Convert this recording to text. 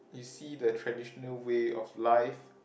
see the traditional way of life